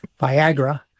Viagra